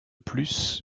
plus